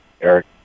Eric